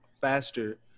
faster